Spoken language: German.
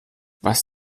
was